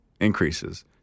increases